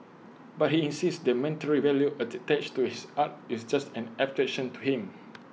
but he insists the monetary value attached to his art is just an abstraction to him